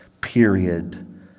Period